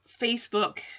Facebook